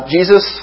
Jesus